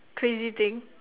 crazy thing